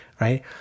Right